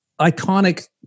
iconic